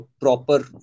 Proper